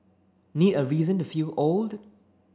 need a reason to feel old